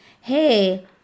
hey